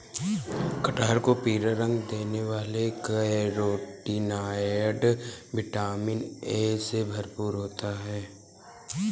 कटहल को पीला रंग देने वाले कैरोटीनॉयड, विटामिन ए से भरपूर होते हैं